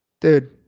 Dude